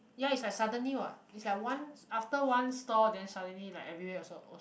ya is like suddenly what is like one after one store then suddenly like everywhere also